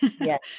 Yes